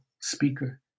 speaker